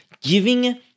giving